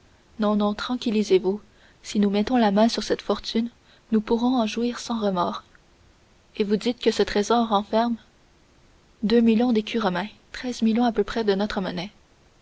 non non tranquillisez-vous si nous mettons la main sur cette fortune nous pourrons en jouir sans remords et vous dites que ce trésor renferme deux millions d'écus romains treize millions à peu près de notre monnaie